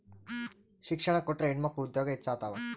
ಶಿಕ್ಷಣ ಕೊಟ್ರ ಹೆಣ್ಮಕ್ಳು ಉದ್ಯೋಗ ಹೆಚ್ಚುತಾವ